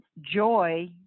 joy